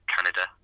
Canada